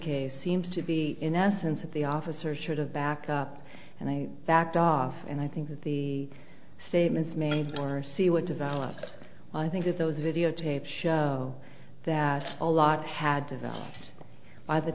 case seems to be in essence of the officer should have backup and i backed off and i think that the statements made or see what develops i think that those videotapes show that a lot had developed by the